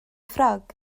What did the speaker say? ffrog